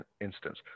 instance